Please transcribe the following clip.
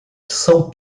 são